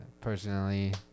Personally